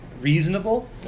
reasonable